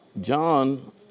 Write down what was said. John